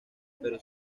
pero